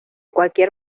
cualquier